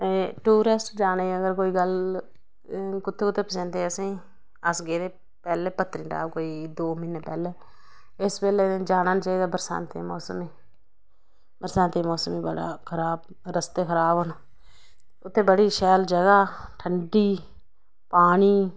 tourist जाने दी अगर कोई गल्ल कुत्थें कुत्थें पसंद ऐ असेंगी अस गेदे पतनीटॉप कोई दो म्हीनें पैह्लैं इस बेल्लै जाना नी चाही दा बरसांती दा मौसम ऐ बरसांती दा मौसम रस्ते बड़े खराब न उत्थें बड़ी शैल जगाह् ऐ ठंडी पानी